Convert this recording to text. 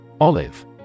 Olive